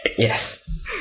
Yes